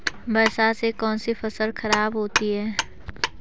बरसात से कौन सी फसल खराब होती है?